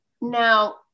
Now